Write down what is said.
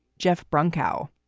jeff broncho,